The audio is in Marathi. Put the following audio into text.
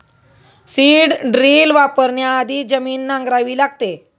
सीड ड्रिल वापरण्याआधी जमीन नांगरावी लागते